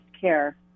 care